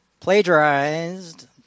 plagiarized